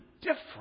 different